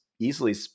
easily